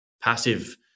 Passive